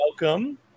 welcome